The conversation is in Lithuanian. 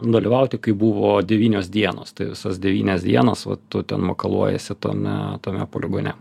dalyvauti kai buvo devynios dienos tai visas devynias dienas va tu ten makaluojiesi tame tame poligone